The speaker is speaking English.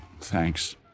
Thanks